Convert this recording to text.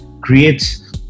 creates